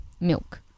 milk